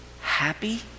happy